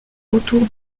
autour